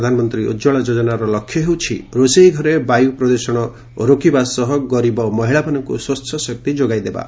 ପ୍ରଧାନମନ୍ତ୍ରୀ ଉଜଳା ଯୋଜନାର ଲକ୍ଷ୍ୟ ହେଉଛି ରୋଷେଇ ଘରେ ବାୟୁ ପ୍ରଦୂଷଣ ରୋକି ଗରୀବ ମହିଳାମାନଙ୍କୁ ସ୍ୱଚ୍ଚ ଶକ୍ତି ଯୋଗାଇଦେବା